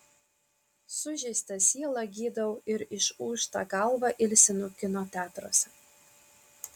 sužeistą sielą gydau ir išūžtą galvą ilsinu kino teatruose